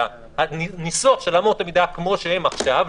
אלא הניסוח של אמות המידה כמו שהן עכשיו,